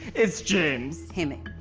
it's james. hemi.